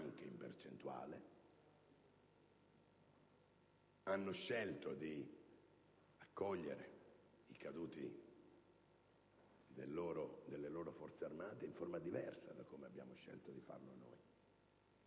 anche in percentuale, hanno scelto di accogliere i caduti delle loro Forze armate in forma diversa da quella che noi - con il